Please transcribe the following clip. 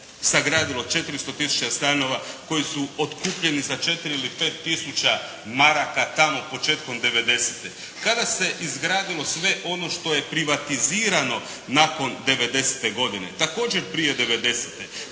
sagradilo 400 tisuća stanova koji su otkupljeni za 4 ili 5 tisuća maraka tamo početkom '90.-te? Kada se izgradilo sve ono što je privatizirano nakon '90.-te godine? Također prije '90.-te.